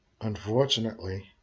unfortunately